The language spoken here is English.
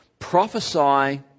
prophesy